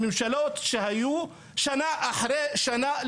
הממשלות שהיו שנה אחרי שנה,